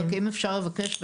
רק אם אפשר לבקש,